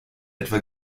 etwa